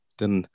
den